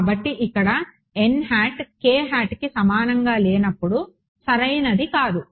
కాబట్టిఇక్కడ కి సమానంగా లేనప్పుడు సరైనది కాదు